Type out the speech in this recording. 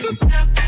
snap